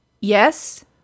Yes